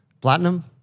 platinum